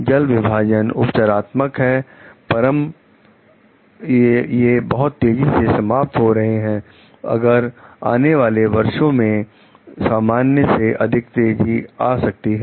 जल विभाजन उपचारात्मक है परम ये बहुत तेजी से समाप्त हो रहे हैं अगर आने वाले वर्षों में सामान्य से अधिक तेजी आ सकती है